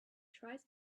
tries